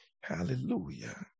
Hallelujah